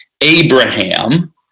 abraham